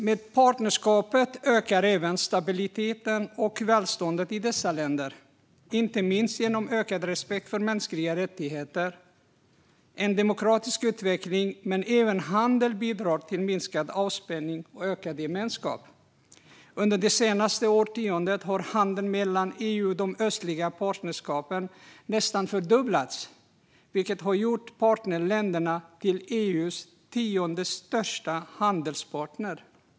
Med partnerskapet ökar även stabiliteten och välståndet i dessa länder, inte minst genom ökad respekt för mänskliga rättigheter. En demokratisk utveckling, men även handel, bidrar till minskad avspänning och ökad gemenskap. Under det senaste årtiondet har handeln mellan EU och det östliga partnerskapet nästan fördubblats, vilket har gjort partnerländerna till EU:s tionde största handelspartner.